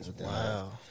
Wow